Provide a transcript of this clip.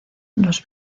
los